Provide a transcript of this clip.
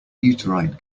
uterine